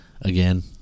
Again